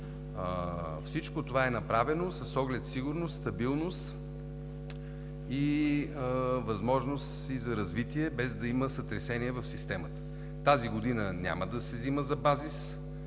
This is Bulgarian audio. Всичко това е направено с оглед на сигурност, стабилност и възможност за развитие, без да има сътресение в системата. Тази година няма да се взима за базис